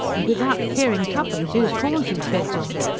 and without caring twopence whose corns e treads on.